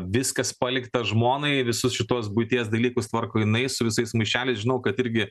viskas palikta žmonai visus šituos buities dalykus tvarko jinai su visais maišeliais žinau kad irgi